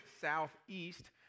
southeast